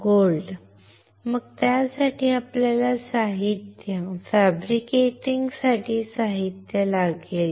सोने बरोबर मग त्यासाठी आपल्याला साहित्य फॅब्रिकेटिंगसाठी साहित्य लागेल